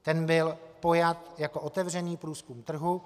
Ten byl pojat jako otevřený průzkum trhu.